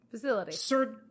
facility